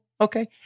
okay